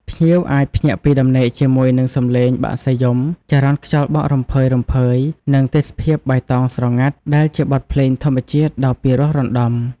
ភ្ញៀវអាចភ្ញាក់ពីដំណេកជាមួយនឹងសំឡេងបក្សីយំ ចរន្តខ្យល់បក់រំភើយៗ និងទេសភាពបៃតងស្រងាត់ ដែលជាបទភ្លេងធម្មជាតិដ៏ពិរោះរណ្តំ។